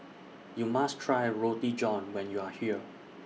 YOU must Try Roti John when YOU Are here